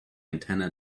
antenna